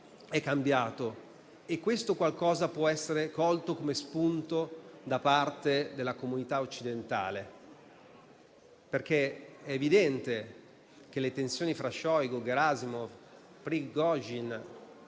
è cambiato e questo qualcosa può essere colto come spunto da parte della comunità occidentale. È evidente, infatti, che le tensioni fra Shoigu, Gerasimov, Prigozhin